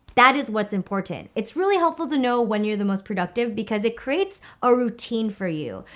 that is what's important. it's really helpful to know when you're the most productive because it creates a routine for you.